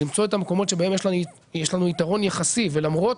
למצוא את המקומות שבהם יש לנו יתרון יחסי ולמרות